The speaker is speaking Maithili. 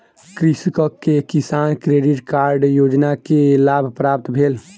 कृषक के किसान क्रेडिट कार्ड योजना के लाभ प्राप्त भेल